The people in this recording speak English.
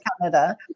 Canada